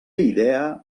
idea